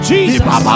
Jesus